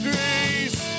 Grace